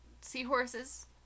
seahorses